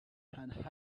and